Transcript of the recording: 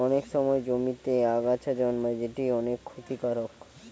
অনেক সময় জমিতে আগাছা জন্মায় যেটি অনেক ক্ষতিকারক